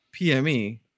PME